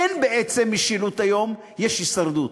אין בעצם משילות היום, יש הישרדות.